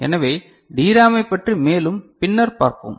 எனவே டிராமைப் பற்றி மேலும் பின்னர் பார்ப்போம்